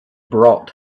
brought